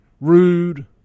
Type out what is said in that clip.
rude